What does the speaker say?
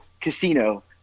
Casino